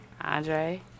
Andre